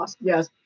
Yes